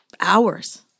hours